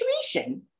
situation